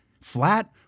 flat